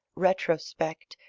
retrospect,